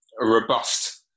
robust